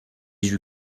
you